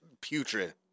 putrid